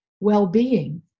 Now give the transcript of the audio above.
well-being